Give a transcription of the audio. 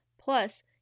Plus